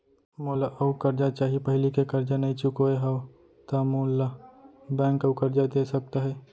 मोला अऊ करजा चाही पहिली के करजा नई चुकोय हव त मोल ला बैंक अऊ करजा दे सकता हे?